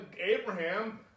Abraham